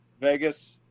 Vegas